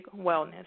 Wellness